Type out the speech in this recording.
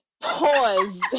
pause